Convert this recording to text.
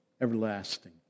everlasting